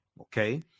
okay